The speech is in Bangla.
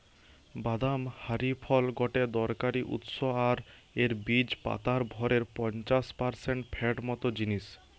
বাদাম হারি ফল গটে দরকারি উৎস আর এর বীজ পাতার ভরের পঞ্চাশ পারসেন্ট ফ্যাট মত জিনিস